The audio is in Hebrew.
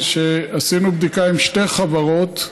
שעשינו בדיקה עם שתי חברות,